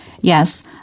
Yes